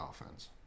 offense